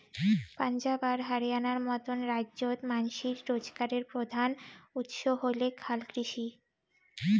পাঞ্জাব আর হরিয়ানার মতন রাইজ্যত মানষির রোজগারের প্রধান উৎস হইলেক হালকৃষি